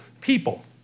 people